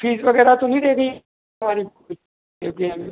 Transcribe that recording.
fees वगैरह तो नहीं देदी सॉरी यू पी आइ में